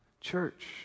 Church